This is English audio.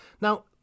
Now